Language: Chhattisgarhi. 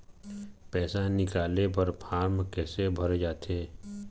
पैसा निकाले बर फार्म कैसे भरे जाथे?